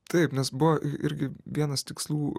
taip nes buvo irgi vienas tikslų